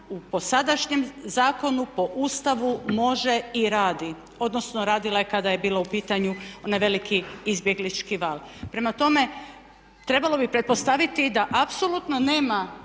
po sadašnjem zakonu, po Ustavu može i radi, odnosno radila je kada je bila u pitanju onaj veliki izbjeglički val. Prema tome, trebalo bi pretpostaviti da apsolutno nema